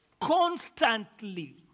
Constantly